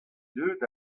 deuet